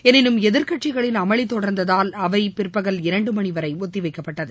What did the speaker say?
எனினும் எதிர்க்கட்சிகளின் அமளி தொடர்ந்ததால் அவை பிற்பகல் இரண்டு மணி வரை ஒத்தி வைக்கப்பட்டது